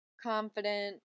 confident